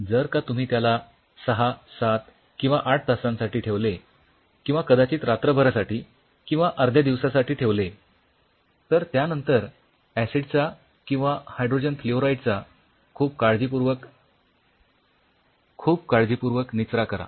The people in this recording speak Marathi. जर का तुम्ही त्याला सहा सात किंवा आठ तासांसाठी ठेवले किंवा कदाचित रात्रभरासाठी किंवा अर्ध्या दिवसासाठी ठेवले तर त्यानंतर ऍसिडचा किंवा हायड्रोजन फ्ल्युओराइडचा खूप काळजीपूर्वक खूप काळजीपूर्वक निचरा करा